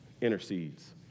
intercedes